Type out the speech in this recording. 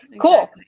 cool